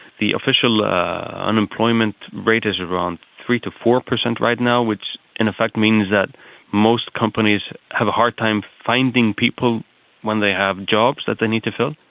the official unemployment rate is around three percent to four percent right now, which in effect means that most companies have a hard time finding people when they have jobs that they need to fill.